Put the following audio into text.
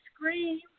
Scream